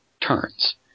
turns